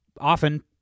often